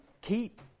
Keep